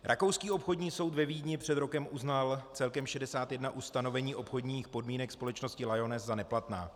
Rakouský obchodní soud ve Vídni před rokem uznal celkem 61 ustanovení obchodních podmínek společnosti Lyoness za neplatná.